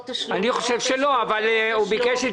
אנחנו נמשיך את הדיון בעוד חמש דקות,